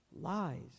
lies